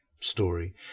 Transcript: story